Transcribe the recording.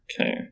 Okay